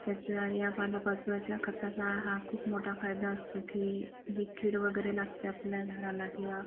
याचा ह्या पालापाचोळ्याच्या खताचा हा खूप मोठा फायदा असतो की जे कीड वगैरे लागते आपल्या घराला किंवा